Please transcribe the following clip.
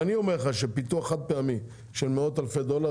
אני אומר לך שפיתוח חד פעמי של מאות אלפי דולרים,